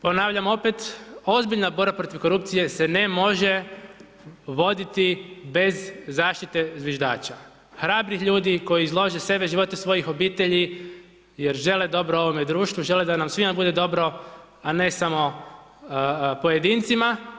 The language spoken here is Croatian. Ponavljam opet, ozbiljna borba protiv korupcije se ne može voditi bez zaštite zviždača, hrabrih ljudi koji izlože sebe, živote svojih obitelji jer žele dobro ovome društvu, žele da nam svima bude dobro, a ne samo pojedincima.